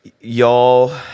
y'all